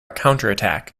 counterattack